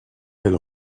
elle